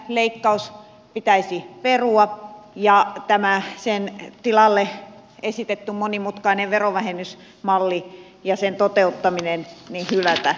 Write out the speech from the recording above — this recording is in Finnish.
lapsilisäleikkaus pitäisi perua ja tämä sen tilalle esitetty monimutkainen verovähennysmalli ja sen toteuttaminen hylätä